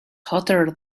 hotter